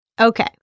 Okay